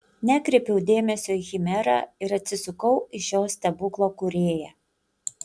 nekreipiau dėmesio į chimerą ir atsisukau į šio stebuklo kūrėją